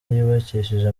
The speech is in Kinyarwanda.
yubakishije